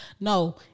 no